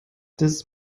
das